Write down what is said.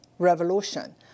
revolution